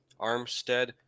Armstead